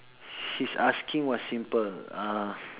his asking was simple uh